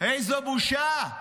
איזו בושה,